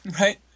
Right